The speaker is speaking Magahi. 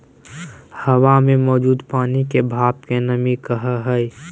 हवा मे मौजूद पानी के भाप के नमी कहय हय